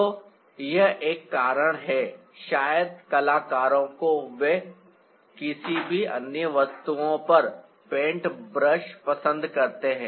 तो यह एक कारण है शायद कलाकारों को वे किसी भी अन्य वस्तुओं पर पेंट ब्रश पसंद करते हैं